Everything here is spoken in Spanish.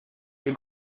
que